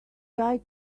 right